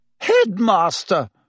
Headmaster